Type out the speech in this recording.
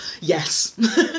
Yes